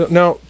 now